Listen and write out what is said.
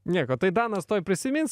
nieko tai danas tuoj prisimins